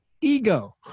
ego